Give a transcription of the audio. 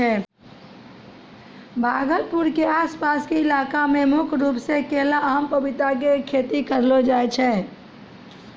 भागलपुर के आस पास के इलाका मॅ मुख्य रूप सॅ केला, आम, पपीता के खेती करलो जाय छै